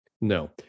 no